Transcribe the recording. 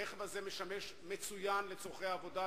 הרכב הזה משמש מצוין לצורכי עבודה,